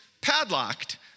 padlocked